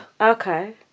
Okay